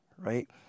right